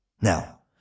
Now